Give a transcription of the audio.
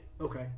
Okay